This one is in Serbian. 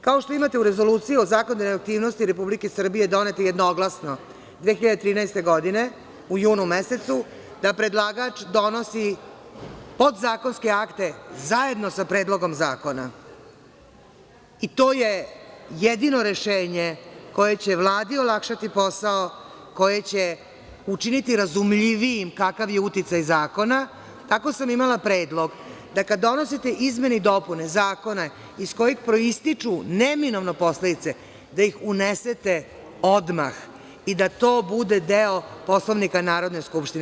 Kao što imate u Rezoluciji o zakonodavnoj aktivnosti Republike Srbije, doneta je jednoglasno 2013. godine u junu mesecu, da predlagač donosi podzakonske akte zajedno sa predlogom zakona, i to je jedino rešenje koje će Vladi olakšati posao, koje će učiniti razumljivijim kakav je uticaj zakona, tako sam imala predlog da kad donosite izmene i dopune zakona, iz kojih proističu neminovne posledice, da ih unesete odmah i da to bude deo Poslovnika Narodne skupštine.